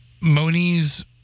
Moni's